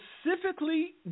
specifically